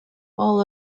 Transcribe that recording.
all